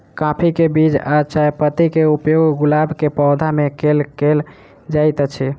काफी केँ बीज आ चायपत्ती केँ उपयोग गुलाब केँ पौधा मे केल केल जाइत अछि?